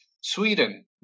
Sweden